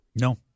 No